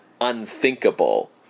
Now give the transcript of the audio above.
unthinkable